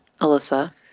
Alyssa